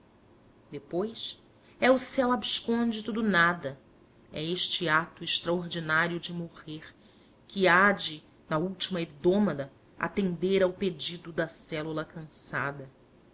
depois é o ceu abscôndito do nada é este ato extraordinário de morrer que há de na última hebdômada atender ao pedido da clélula cansada